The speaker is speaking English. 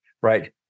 right